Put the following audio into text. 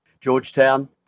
Georgetown